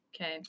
Okay